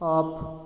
off